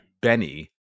Benny